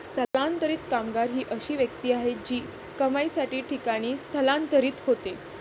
स्थलांतरित कामगार ही अशी व्यक्ती आहे जी कमाईसाठी ठिकाणी स्थलांतरित होते